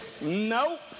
Nope